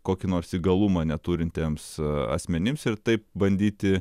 kokį nors įgalumą neturintiems asmenims ir taip bandyti